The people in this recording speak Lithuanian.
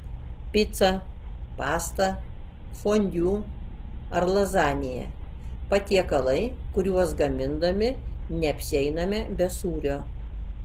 pica pasta fondiu ar lazanija patiekalai kuriuos gamindami neapsieiname be sūrio